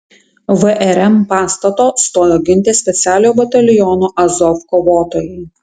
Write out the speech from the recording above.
vrm pastato stojo ginti specialiojo bataliono azov kovotojai